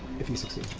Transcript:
if he succceeds.